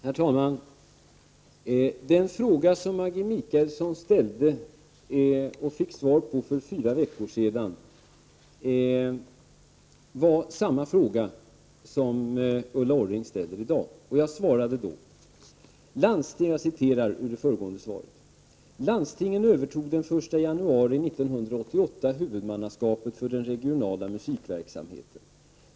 Herr talman! Den fråga som Maggi Mikaelsson ställde och fick svar på för fyra veckor sedan är samma fråga som Ulla Orring har ställt i dag. Jag svarade: ”Landstingen övertog den 1 januari 1988 huvudmannaskapet för den regionala musikverksamheten.